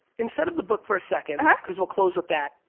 instead of the book for a second cause we'll close with that,